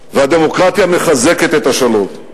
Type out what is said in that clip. והדמוקרטיה מחזקת את השלום.